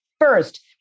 first